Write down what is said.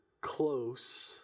close